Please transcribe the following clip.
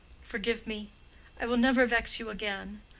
forgive me i will never vex you again,